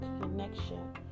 connection